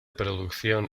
producción